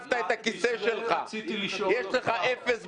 אז בשביל זה ביקשתי לשאול אותך.